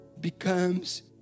becomes